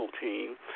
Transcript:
team